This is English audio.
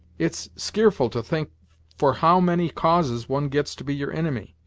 it's skearful to think for how many causes one gets to be your inimy,